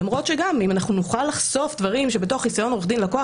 למרות שאם נוכל לחשוף דברים שבחיסיון עורך דין לקוח,